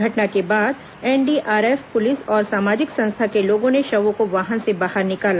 घटना के बाद एनडीआरएफ पुलिस और सामाजिक संस्था के लोगों ने शवों को वाहन से बाहर निकाला